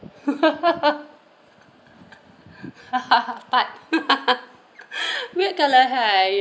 but weird colour hair